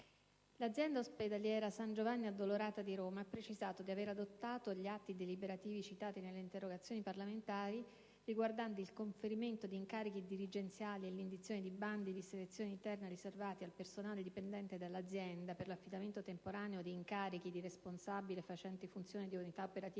L'azienda ospedaliera San Giovanni Addolorata di Roma ha precisato di aver adottato gli atti deliberativi citati nelle interrogazioni parlamentari, riguardanti il conferimento di incarichi dirigenziali e l'indizione di bandi di selezione interna riservati al personale dipendente dell'azienda, per l'affidamento temporaneo di incarichi di responsabile facente funzioni di unità operative